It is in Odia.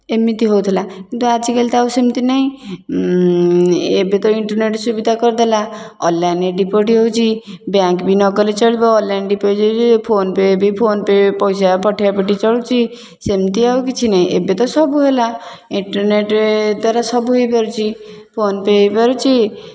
ଏମିତି ହେଉଥିଲା କିନ୍ତୁ ଆଜିକାଲି ତ ଆଉ ସେମିତି ନାଇଁ ଏବେ ତ ଇଣ୍ଟରନେଟ୍ ସୁବିଧା କରିଦେଲା ଅନଲାଇନ୍ରେ ଡିପୋଜିଟ୍ ହେଉଛି ବ୍ୟାଙ୍କ୍ ବି ନଗଲେ ଚଳିବ ଅନଲାଇନ୍ ଡିପୋଜିଟ୍ ଫୋନପେ ବି ଫୋନପେ ପଇସା ପଠିଆପଠି ଚଳୁଛି ସେମିତି ଆଉ କିଛି ନାହିଁ ଏବେ ତ ସବୁ ହେଲା ଇଣ୍ଟରନେଟ୍ରେ ତା'ର ସବୁ ହେଇପାରୁଛି ଫୋନପେ ହେଇପାରୁଛି